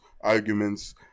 arguments